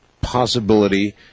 possibility